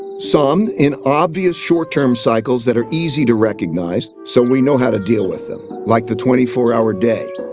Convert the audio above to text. some in obvious short-term cycles that are easy to recognize, so we know how to deal with them, like the twenty four hour day.